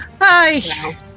Hi